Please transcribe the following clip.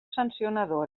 sancionadora